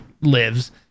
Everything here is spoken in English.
lives